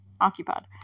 occupied